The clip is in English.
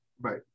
Right